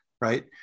right